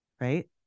Right